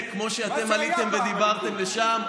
כמו שאתם עליתם ודיברתם לשם,